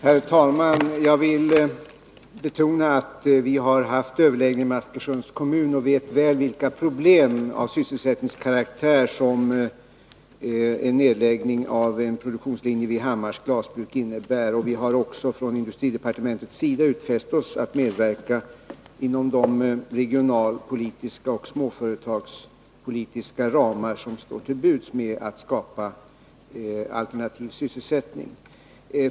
Herr talman! Jag vill betona att vi haft överläggning med Askersunds kommun och väl vet vilka problem av sysselsättningskaraktär som en nedläggning av en produktionslinje vid Hammars glasbruk innebär. Vi har också från industridepartementets sida utfäst oss att medverka inom de regionalpolitiska och småföretagspolitiska ramar som står till buds med att skapa alternativ sysselsättning.